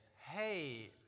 hey